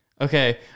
Okay